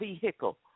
vehicle